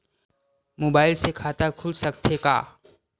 Mobile से खाता खुल सकथे का?